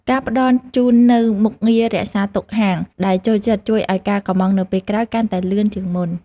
ការផ្តល់ជូននូវមុខងាររក្សាទុកហាងដែលចូលចិត្តជួយឱ្យការកុម្ម៉ង់នៅពេលក្រោយកាន់តែលឿនជាងមុន។